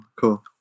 cool